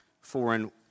foreign